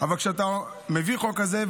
אבל כשאתה מביא חוק כזה,